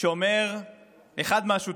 שאומר אחד מהשותפים.